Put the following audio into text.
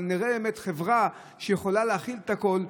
אבל נראה באמת חברה שיכולה להכיל את הכול,